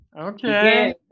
Okay